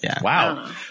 Wow